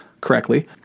correctly